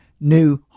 new